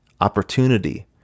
opportunity